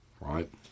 right